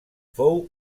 fou